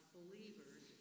believers